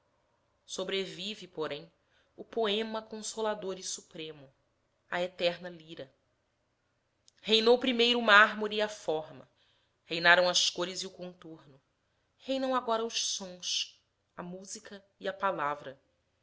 sobrevive porém o poema consolador e supremo a eterna lira reinou primeiro o mármore e a forma reinaram as cores e o contorno reinam agora os sons a música e a palavra